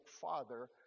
father